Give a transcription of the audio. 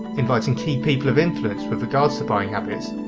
inviting key people of influence with regards to buying habits,